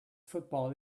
football